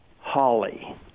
Holly